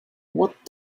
what